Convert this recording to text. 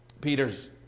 Peter's